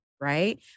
right